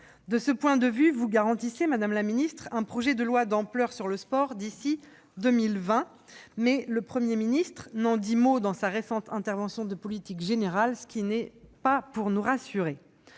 De ce point de vue, vous garantissez un projet de loi d'ampleur sur le sport d'ici à 2020, mais le Premier ministre n'en a pas dit mot dans son récent discours de politique générale, ce qui n'est pas pour nous rassurer.